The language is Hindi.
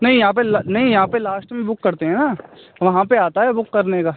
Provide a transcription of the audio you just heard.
नहीं यहाँ पे नहीं यहाँ पे लाश्ट में बुक करते हैं ना वहाँ पे आता है बुक करने का